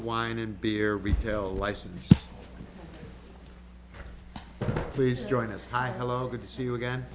wine and beer retail license please join us hi hello good to see you again